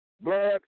blood